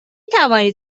توانید